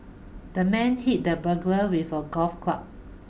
the man hit the burglar with a golf club